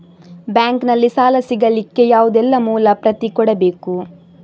Bank ನಲ್ಲಿ ಸಾಲ ಸಿಗಲಿಕ್ಕೆ ಯಾವುದೆಲ್ಲ ಮೂಲ ಪ್ರತಿ ಕೊಡಬೇಕು?